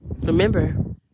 Remember